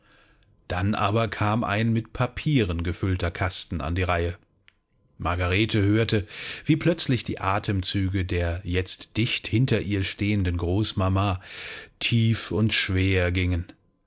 dann kam aber ein mit papieren gefüllter kasten an die reihe margarete hörte wie plötzlich die atemzüge der jetzt dicht hinter ihr stehenden großmama tief und schwer gingen